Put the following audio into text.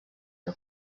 que